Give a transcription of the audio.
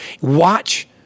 Watch